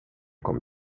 kom